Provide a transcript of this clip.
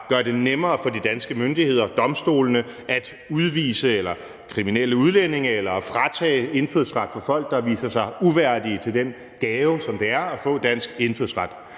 gør det nemmere for de danske myndigheder, domstolene, at udvise kriminelle udlændinge eller tage indfødsret fra folk, der viser sig uværdige til den gave, som det er at få dansk indfødsret.